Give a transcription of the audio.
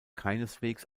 keineswegs